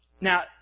Now